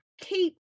keep